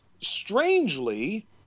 Strangely